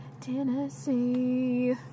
Tennessee